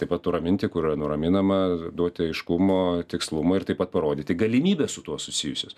taip pat nuraminti kur yra nuraminama duoti aiškumo tikslumo ir taip pat parodyti galimybes su tuo susijusius